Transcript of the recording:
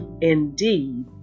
Indeed